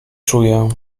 czuję